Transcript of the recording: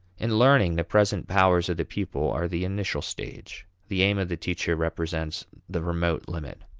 in learning, the present powers of the pupil are the initial stage the aim of the teacher represents the remote limit.